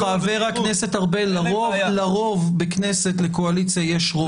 חבר הכנסת ארבל, לרוב בכנסת לקואליציה יש רוב.